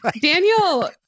Daniel